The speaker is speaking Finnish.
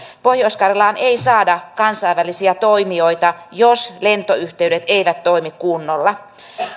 pohjois karjalaan ei saada kansainvälisiä toimijoita jos lentoyhteydet eivät toimi kunnolla